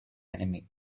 enemy